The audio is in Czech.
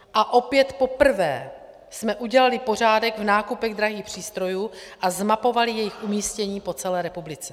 A opět poprvé jsme udělali pořádek v nákupech drahých přístrojů a zmapovali jejich umístění po celé republice.